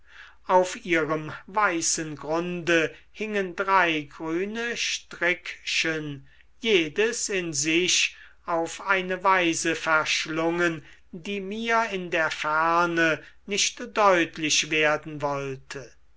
auf ihrem weißen grunde hingen drei grüne strickchen jedes in sich auf eine weise verschlungen die mir in der ferne nicht deutlich werden wollte